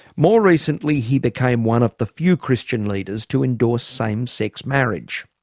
more recently he became one of the few christian leaders to endorse same sex marriage.